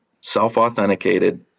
self-authenticated